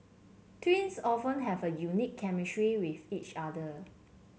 twins often have a unique chemistry with each other